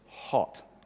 hot